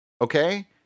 okay